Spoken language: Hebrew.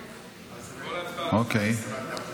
אוקיי.